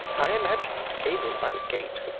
i imagine it came in by the gate,